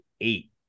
eight